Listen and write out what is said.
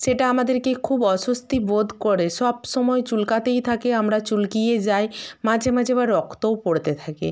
সেটা আমাদেরকে খুব অস্বস্তি বোধ করে সবসময় চুলকাতেই থাকে আমরা চুলকে যাই মাঝে মাঝে আবার রক্তও পড়তে থাকে